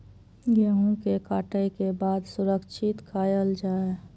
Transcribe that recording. गेहूँ के काटे के बाद सुरक्षित कायल जाय?